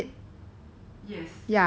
hundred otter-sized